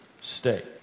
state